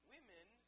Women